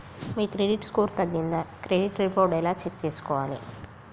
మీ credit score తగ్గిందా credit report ఎలా check చేసుకోవాలి?